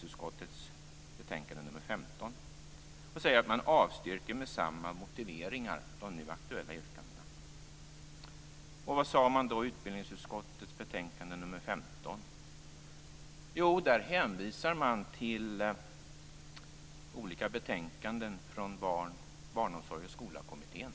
Utskottet avstyrker med samma motiveringar de nu aktuella yrkandena. Vad sade man då i utbildningsutskottets betänkande nr 15? Jo, där hänvisade man till olika betänkanden från Barnomsorg och skolakommittén.